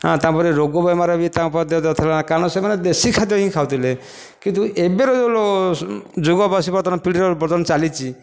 ହେଁ ତାପରେ ରୋଗ ବେମାର ବି ତାଙ୍କ ପାଖରେ ନ ଥିଲା କାରଣ ସେମାନେ ଦେଶୀ ଖାଦ୍ୟ ହିଁ ଖାଉଥିଲେ କିନ୍ତୁ ଏବେ ର ଯୁବ ପିଢ଼ିର ବର୍ତ୍ତମାନ ଚାଲିଛି